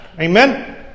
Amen